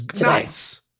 Nice